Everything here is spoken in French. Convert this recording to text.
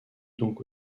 donc